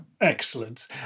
Excellent